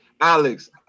Alex